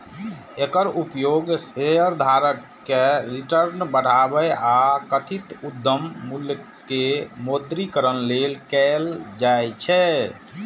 एकर उपयोग शेयरधारक के रिटर्न बढ़ाबै आ कथित उद्यम मूल्य के मौद्रीकरण लेल कैल जाइ छै